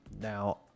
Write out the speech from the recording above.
Now